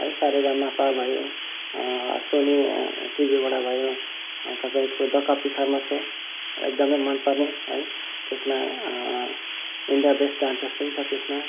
है सारेगामापा भयो सोनी टिभीबाट भयो द कपिल शर्मा सो एकदमै मनपर्ने है त्यसमा इन्डिया बेस्ट डान्सर्स पनि छ त्यसमा